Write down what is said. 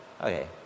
Okay